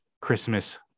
Christmas